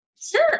Sure